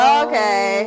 okay